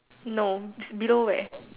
no below where